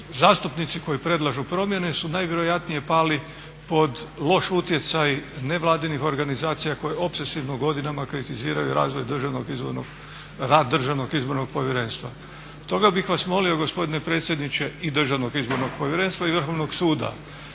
zastupnici koji predlažu promjene su najvjerojatnije pali pod loš utjecaj nevladinih organizacija koje opsesivno godinama kritiziraju rad DIP-a. Stoga bih vas molio gospodine predsjedniče i DIP-a i Vrhovnog suda